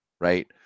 right